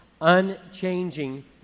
Unchanging